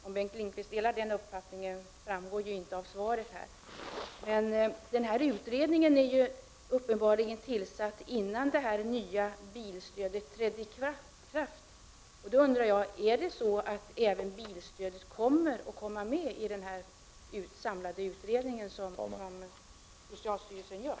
Om Bengt Lindqvist delar den uppfattningen framgår inte av svaret. Denna utredning tillsattes uppenbarligen innan det nya bilstödet trädde i kraft. Jag undrar då: Är det så att även frågan om bilstödet kommer att tas upp av den samlade utredning som socialstyrelsen gör?